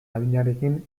adinarekin